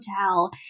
hotel